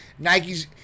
Nikes